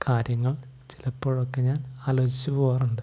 കാര്യങ്ങൾ ചിലപ്പോഴൊക്കെ ഞാൻ ആലോചിച്ചുപോവാറുണ്ട്